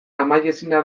amaiezina